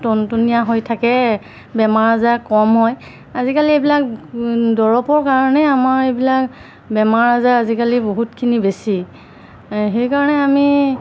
টনটনীয়া হৈ থাকে বেমাৰ আজাৰ কম হয় আজিকালি এইবিলাক দৰৱৰ কাৰণে আমাৰ এইবিলাক বেমাৰ আজাৰ আজিকালি বহুতখিনি বেছি সেইকাৰণে আমি